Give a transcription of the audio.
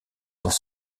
dans